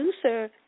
producer